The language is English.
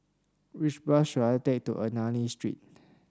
which bus should I take to Ernani Street